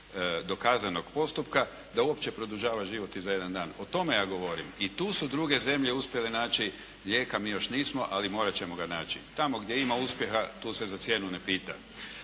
dokazanog postupka da uopće produžava život i za jedan dan. O tome ja govorim. I tu su druge zemlje uspjele naći lijeka, mi još nismo, ali morati ćemo ga naći. Tamo gdje ima uspjeha, tu se za cijenu ne pita.